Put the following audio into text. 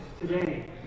today